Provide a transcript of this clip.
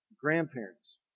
grandparents